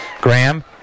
Graham